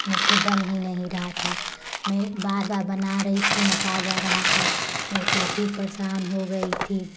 मुझसे बन ही नहीं रहा था मैं बार बार बना रही थी नसा जा रहा था मैं काफ़ी परेशान हो गई थी